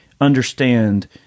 understand